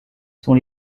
sont